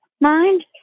mind